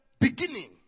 beginning